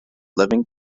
living